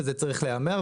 וזה צריך להיאמר,